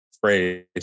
phrase